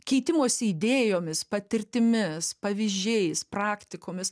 keitimosi idėjomis patirtimis pavyzdžiais praktikomis